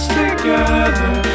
together